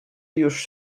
już